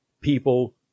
people